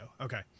Okay